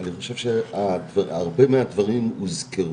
אני חושב שהרבה מהדברים הוזכרו.